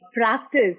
practice